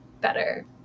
better